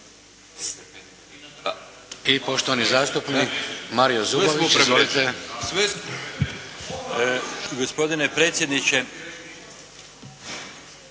I poštovani zastupnik Mario Zubović, izvolite. … /Upadica: